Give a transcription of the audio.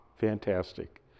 fantastic